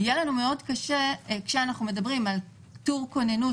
ויהיה לנו מאוד קשה כשאנחנו מדברים על טור כוננות